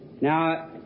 Now